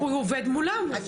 גם